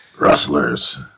Rustlers